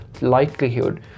likelihood